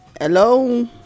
Hello